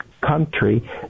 country